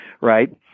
right